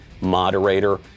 moderator